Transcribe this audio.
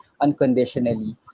unconditionally